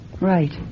Right